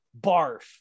Barf